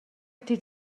тэд